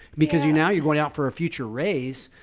because you now you're going out for a future raise?